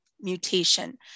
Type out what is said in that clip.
mutation